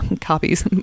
copies